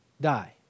die